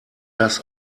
das